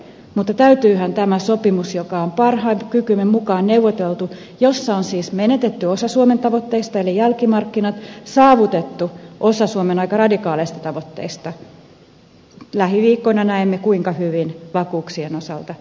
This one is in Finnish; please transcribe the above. mutta tässä sopimuksessa joka on parhaan kykymme mukaan neuvoteltu on siis menetetty osa suomen tavoitteista eli jälkimarkkinat saavutettu osa suomen aika radikaaleista tavoitteista lähiviikkoina näemme kuinka hyvin vakuuksien osalta